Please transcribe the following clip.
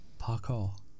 parkour